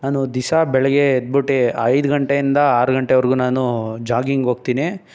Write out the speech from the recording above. ನಾನು ದಿವ್ಸ ಬೆಳಗ್ಗೆ ಎದ್ಬಿಟ್ಟು ಐದು ಗಂಟೆಯಿಂದ ಆರು ಗಂಟೆವರೆಗೂ ನಾನು ಜಾಗಿಂಗ್ ಹೋಗ್ತೀನಿ